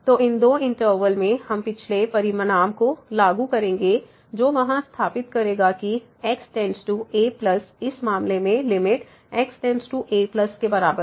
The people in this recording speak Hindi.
तो इन दो इंटरवल में हम पिछले परिणाम को लागू करेंगे जो वहां स्थापित करेगा कि x→a इस मामले में x→a के बराबर है